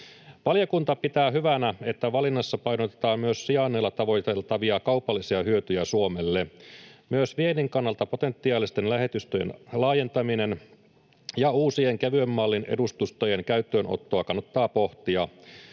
Valiokunta pitää hyvänä, että valinnassa painotetaan myös sijainneilla tavoiteltavia kaupallisia hyötyjä Suomelle. Myös viennin kannalta potentiaalisten lähetystöjen laajentaminen ja uusien kevyen mallin edustustojen käyttöönottoa kannattaa pohtia.